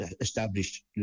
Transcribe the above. established